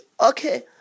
okay